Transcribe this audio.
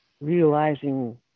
realizing